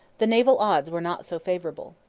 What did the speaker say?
the naval odds were not so favourable.